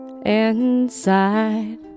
inside